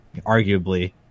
arguably